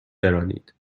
برانید